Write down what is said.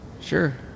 Sure